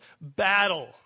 battle